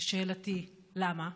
שאלותיי: 1. למה?